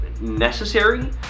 necessary